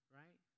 right